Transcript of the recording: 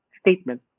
statement